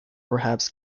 perhaps